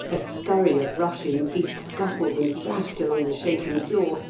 a scurry of rushing feet scuffled and flashed along the shaking floor,